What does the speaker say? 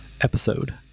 episode